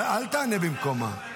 אבל אל תענה במקומה.